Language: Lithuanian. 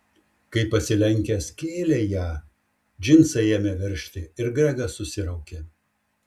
kai pasilenkęs kėlė ją džinsai ėmė veržti ir gregas susiraukė